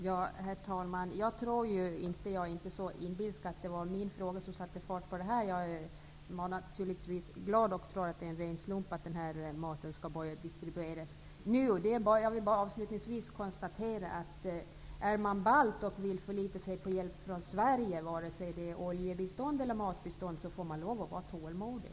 Herr talman! Jag är inte så inbilsk att jag tror att det var min fråga som satte fart på det här. Jag tror att det är en ren slump, men jag är naturligtvis glad över att maten skall börja distribueras nu. Jag vill bara avslutningsvis konstatera att om man är balt och förlitar sig på hjälp från Sverige, vare sig det gäller oljebistånd eller matbistånd, får man lov att vara tålmodig.